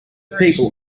people